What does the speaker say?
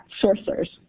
Sorcerers